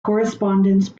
correspondence